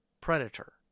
predator